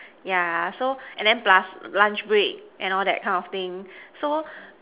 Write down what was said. yeah so and then plus lunch break and all that kind of thing so